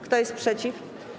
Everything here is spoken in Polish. Kto jest przeciw?